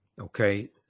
Okay